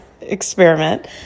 experiment